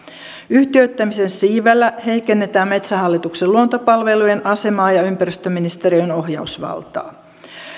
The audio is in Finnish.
yhtiöittämisen siivellä heikennetään metsähallituksen luontopalvelujen asemaa ja ympäristöministeriön ohjausvaltaa